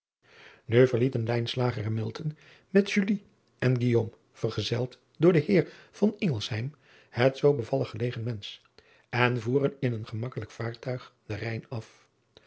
verlieten en met en vergezeld door den eer het zoo bevallig gelegen entz en voeren in een gemakkelijk vaartuig den ijn af